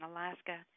Alaska